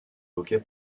hockey